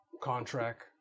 contract